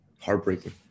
heartbreaking